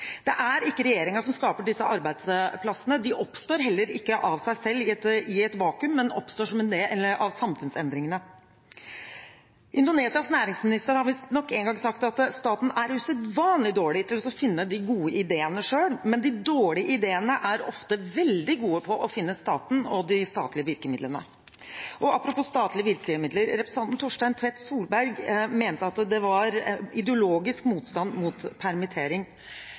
Det er ikke regjeringen som skaper disse arbeidsplassene. De oppstår heller ikke av seg selv i et vakuum, men som følge av samfunnsendringene. Indonesias næringsminister har visstnok en gang sagt at staten er usedvanlig dårlig til å finne de gode ideene selv, men de dårlige ideene er ofte veldig gode på å finne staten og de statlige virkemidlene. Og apropos statlige virkemidler: Representanten Torstein Tvedt Solberg mente at det var ideologisk motstand mot permittering.